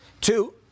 two